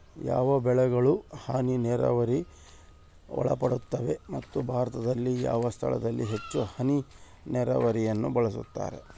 ಯಾವ ಬೆಳೆಗಳು ಹನಿ ನೇರಾವರಿಗೆ ಒಳಪಡುತ್ತವೆ ಮತ್ತು ಭಾರತದಲ್ಲಿ ಯಾವ ಸ್ಥಳದಲ್ಲಿ ಹೆಚ್ಚು ಹನಿ ನೇರಾವರಿಯನ್ನು ಬಳಸುತ್ತಾರೆ?